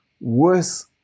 worse